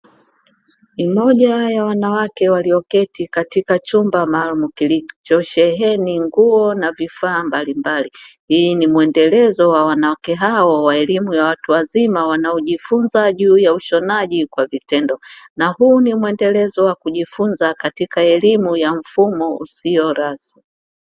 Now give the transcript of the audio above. Ni moja ya wanawake walioketi katika chumba maalumu kilichosheheni nguo na vifaa mbalimbali. Hii ni mwendelezo wa wanawake hao wa elimu ya watu wazima wanaojifunza juu ya ushonaji kwa vitendo, na huu ni mwendelezo wa kujifunza katika elimu ya mfumo usio rasmi.